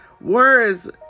Words